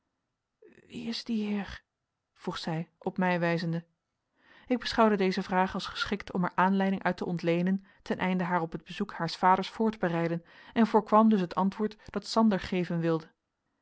is die heer vroeg zij op mij wijzende ik beschouwde deze vraag als geschikt om er aanleiding uit te ontleenen ten einde haar op het bezoek haars vaders voor te bereiden en voorkwam dus het antwoord dat sander geven wilde